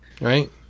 Right